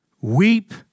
weep